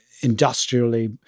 industrially